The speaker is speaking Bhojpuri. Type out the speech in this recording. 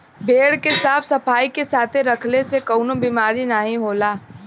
भेड़ के साफ सफाई के साथे रखले से कउनो बिमारी नाहीं होला